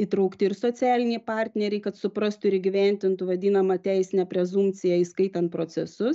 įtraukti ir socialiniai partneriai kad suprastų ir įgyvendintų vadinamą teisinę prezumpciją įskaitant procesus